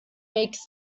makes